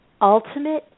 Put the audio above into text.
Ultimate